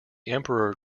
emperor